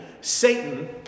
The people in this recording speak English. Satan